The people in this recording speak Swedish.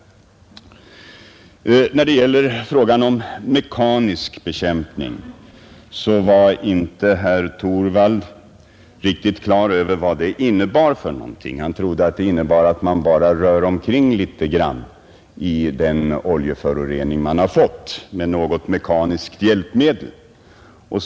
När det gäller frågan om mekanisk bekämpning så var herr Torwald inte riktigt klar över vad det innebar. Han trodde att det innebar att man bara rör om litet grand med något mekaniskt hjälpmedel i den oljeförorening som man har fått.